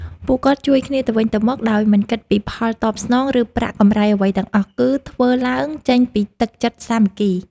ពួកគាត់ជួយគ្នាទៅវិញទៅមកដោយមិនគិតពីផលតបស្នង ឬប្រាក់កម្រៃអ្វីទាំងអស់ គឺធ្វើឡើងចេញពីទឹកចិត្តសាមគ្គី។